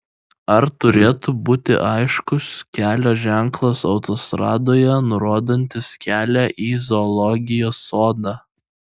ar turėtų būti aiškus kelio ženklas autostradoje nurodantis kelią į zoologijos sodą